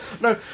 no